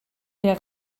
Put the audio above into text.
der